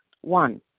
One